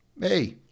Hey